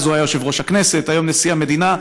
אז הוא היה יושב-ראש הכנסת והיום הוא נשיא המדינה,